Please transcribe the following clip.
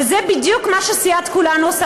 וזה בדיוק מה שסיעת כולנו עושה,